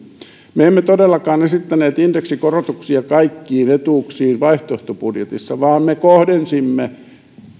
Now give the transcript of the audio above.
me emme todellakaan esittäneet indeksikorotuksia kaikkiin etuuksiin vaihtoehtobudjetissamme vaan me kohdensimme